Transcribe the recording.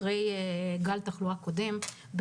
אחרי גל התחלואה הקודם,